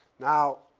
now,